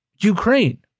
Ukraine